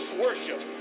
worship